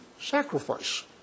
sacrifice